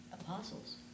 Apostles